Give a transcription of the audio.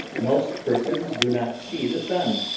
most persons do not see the sun.